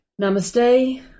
namaste